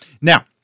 Now